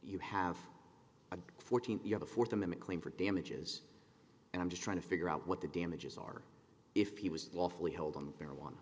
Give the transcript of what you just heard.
you have a fourteenth you have a fourth amendment claim for damages and i'm just trying to figure out what the damages are if he was lawfully held on marijuana